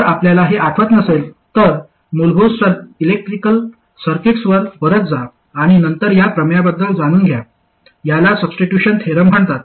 जर आपल्याला हे आठवत नसेल तर मूलभूत इलेक्ट्रिकल सर्किट्सवर परत जा आणि नंतर या प्रमेयबद्दल जाणून घ्या याला सबस्टिट्यूशन थेरम म्हणतात